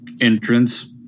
Entrance